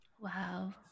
Wow